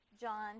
John